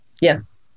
Yes